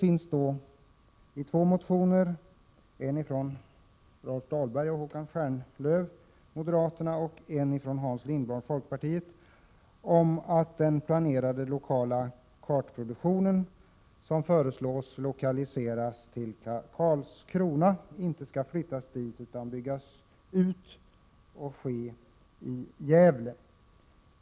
I två motioner, en av Rolf Dahlberg och Håkan Stjernlöf från moderaterna och en av Hans Lindblad från folkpartiet, föreslås att den planerade lokala kartproduktionen inte skall flyttas till Karlskrona utan byggas ut och finnas i Gävle.